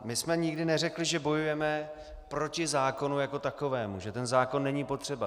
My jsme nikdy neřekli, že bojujeme proti zákonu jako takovému, že ten zákon není potřeba.